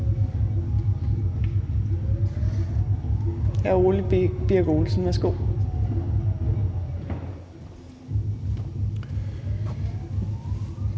hr. Ole Birk Olesen. Værsgo.